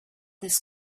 this